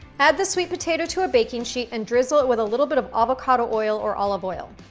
add the sweet potato to a baking sheet and drizzle it with a little bit of avocado oil or olive oil.